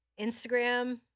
Instagram